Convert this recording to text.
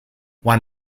won